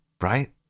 right